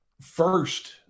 first